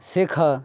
শেখা